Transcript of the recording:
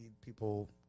people